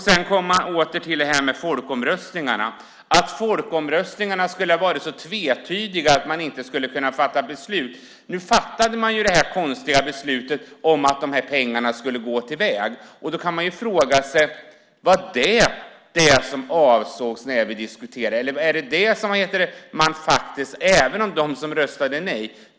Sedan kommer man åter till folkomröstningarna, att folkomröstningarna skulle ha varit så tvetydiga att man inte kunde fatta beslut. Man fattade ju det konstiga beslutet att pengarna skulle gå till väg, och då är frågan: Var det detta som avsågs när vi diskuterade? Avsåg även de som röstade nej detta?